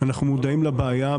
אנחנו מודעים לבעיה.